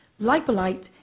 Lipolite